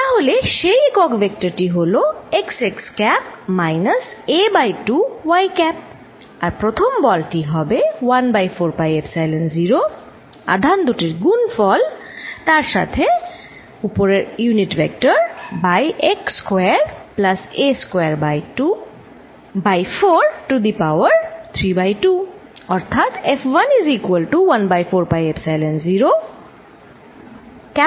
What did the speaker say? তাহলে সেই একক ভেক্টর টি হল xx cap minus a by 2 y cap আর প্রথম বলটি হবে 1বাই 4 পাই এপসাইলন0 আধান দুটির গুণফল তার সাথে উপরের একক vector by x square plus a square by 4 to the power 32